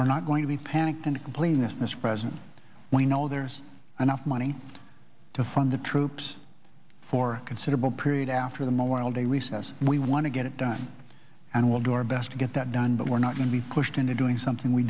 we're not going to be panicked and completeness mr president we know there's an awful money to fund the troops for considerable period after the memorial day recess we want to get it done and we'll do our best to get that done but we're not going to be pushed into doing something we